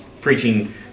preaching